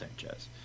Sanchez